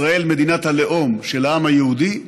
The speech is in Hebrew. ישראל, מדינת הלאום של העם היהודי,